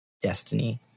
Destiny